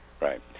Right